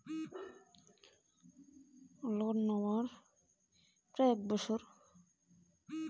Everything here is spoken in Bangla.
লোন নেওয়ার কতদিন হইল?